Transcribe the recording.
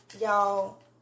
y'all